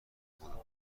خودمان